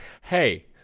hey